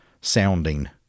sounding